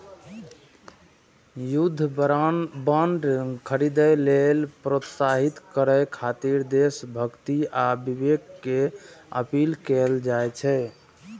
युद्ध बांड खरीदै लेल प्रोत्साहित करय खातिर देशभक्ति आ विवेक के अपील कैल जाइ छै